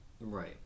Right